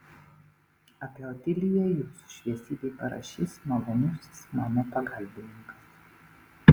apie otiliją jūsų šviesybei parašys malonusis mano pagalbininkas